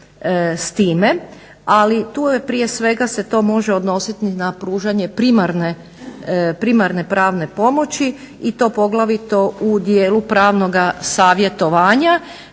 s time, ali tu prije svega se to može odnositi na pružanje primarne pravne pomoći i to poglavito u dijelu pravnoga savjetovanja